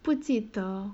不记得